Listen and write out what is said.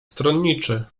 stronniczy